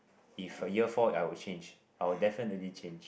if a year four I will change I will definitely change